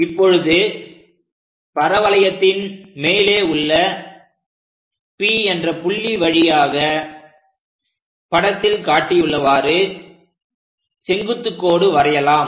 இப்பொழுது பரவளையத்தின் மேலே உள்ள P என்ற புள்ளி வழியாக படத்தில் காட்டியுள்ளவாறு செங்குத்து கோடு வரையலாம்